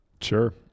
Sure